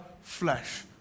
flesh